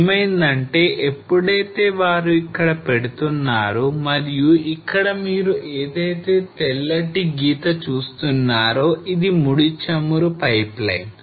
ఏమైంది అంటే ఎప్పుడైతే వారు ఇక్కడ పెడుతున్నారు మరియు ఇక్కడ మీరు ఏదైతే తెల్లటి గీత చూస్తున్నారో ఇది ముడి చమురు పైప్లైన్